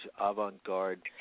avant-garde